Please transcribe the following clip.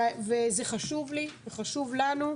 וזה חשוב לי, חשוב לנו,